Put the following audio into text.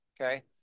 Okay